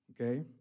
okay